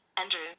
Andrew